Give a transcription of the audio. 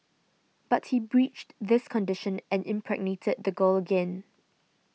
but he breached this condition and impregnated the girl again